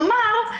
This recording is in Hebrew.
כלומר,